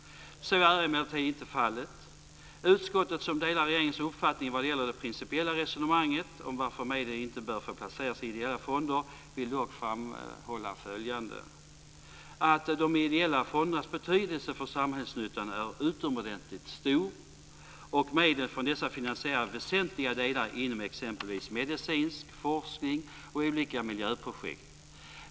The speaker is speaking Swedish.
Så är emellertid inte fallet. Utskottet, som delar regeringens uppfattning vad gäller det principiella resonemanget om varför medel inte bör få placeras i ideella fonder, vill dock framhålla följande: De ideella fondernas betydelse för samhällsnyttan är utomordentligt stor och medel från dessa finansierar väsentliga delar inom exempelvis medicinsk forskning och olika miljöprojekt.